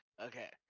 Okay